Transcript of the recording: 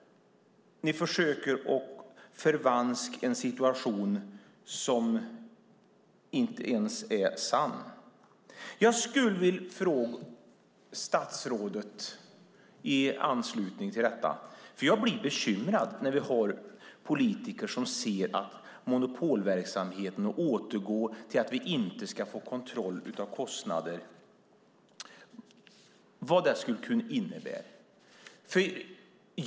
Ni försöker att förvanska en situation som inte ens är sann. Jag skulle vilja ställa en fråga till statsrådet i anslutning till detta. Jag blir bekymrad när vi har politiker som inte ser vad det skulle kunna innebära om man återgår till monopolverksamhet och inte kan få kontroll över kostnaderna.